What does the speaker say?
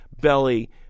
Belly